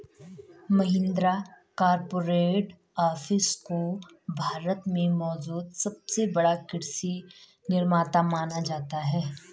Mahindra corporate office को भारत में मौजूद सबसे बड़ा कृषि निर्माता माना जाता है